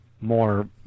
more